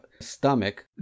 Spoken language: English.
stomach